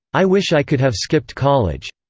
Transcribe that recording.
i wish i could have skipped college.